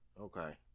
Okay